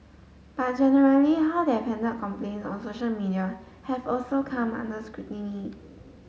but generally how they've handled complaints on social media have also come under scrutiny